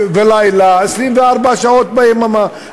ולילה, 24 שעות ביממה.